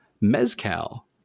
mezcal